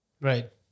Right